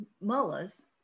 mullahs